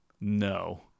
No